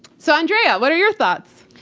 so andrea, what are your thoughts?